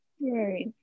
Right